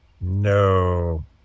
No